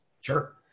Sure